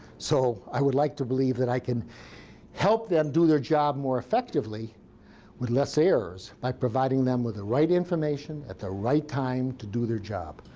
so i would like to believe that i can help them do their job more effectively with less errors by providing them with the right information at the right time to do their job.